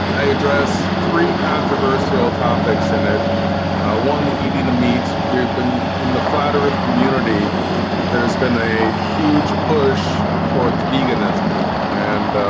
i address three controversial topics in it one eating the meat we've been in the flat earth community there's been a huge push towards veganism and